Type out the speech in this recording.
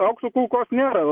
aukso kulkos nėra